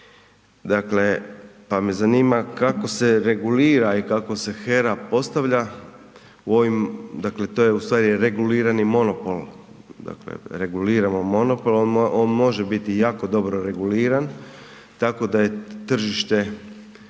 dobit, pa me zanima kako se regulira i kako se HERA postavlja u ovim dakle to je ustvari regulirani monopol, dakle reguliramo monopolom. On može biti jako dobro reguliran tako da su tržišni